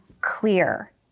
clear